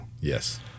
yes